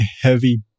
heavy